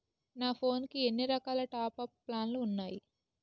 నా ఫోన్ కి ఎన్ని రకాల టాప్ అప్ ప్లాన్లు ఉన్నాయి?